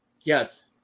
Yes